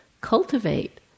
cultivate